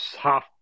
half